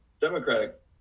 democratic